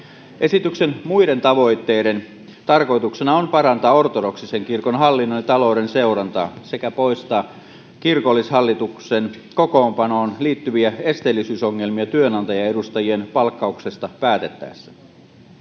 Esityksen muiden tavoitteiden tarkoituksena on parantaa ortodoksisen kirkon hallinnon ja talouden seurantaa sekä poistaa kirkollishallituksen kokoonpanoon liittyviä esteellisyys-ongelmia työnantajaedustajien palkkauksesta päätettäessä.